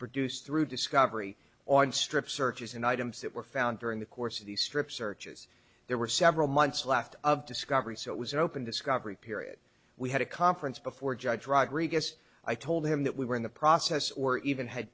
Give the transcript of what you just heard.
produce through discovery on strip searches in items that were found during the course of the strip searches there were several months left of discovery so it was an open discovery period we had a conference before judge rodriguez i told him that we were in the process or even had